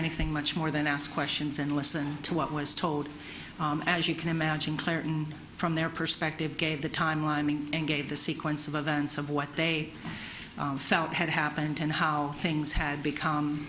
anything much more than ask questions and listen to what was told as you can imagine clinton from their perspective gave the timeline and gave the sequence of events of what they thought had happened and how things had become